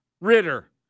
Ritter